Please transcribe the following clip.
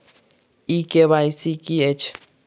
ई KYC की अछि?